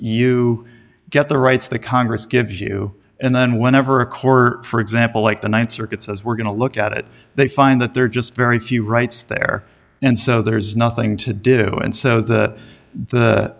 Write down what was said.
you get the rights the congress gives you and then whenever a court for example like the th circuit says we're going to look at it they find that there are just very few rights there and so there's nothing to do and so the the